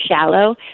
shallow